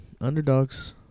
underdogs